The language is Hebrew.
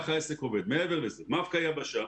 מעבר לזה, מבק"א יבשה,